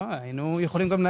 מה זאת אומרת דיון שקוף?